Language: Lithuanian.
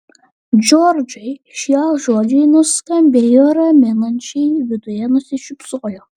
džordžai šie žodžiai nuskambėjo raminančiai viduje nusišypsojo